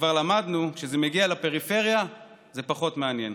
כבר למדנו: כשזה מגיע לפריפריה זה פחות מעניין.